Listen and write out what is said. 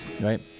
right